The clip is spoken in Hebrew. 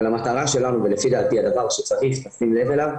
אבל המטרה שלנו ולפי דעתי הדבר שצריך לשים לב אליו,